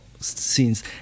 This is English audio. scenes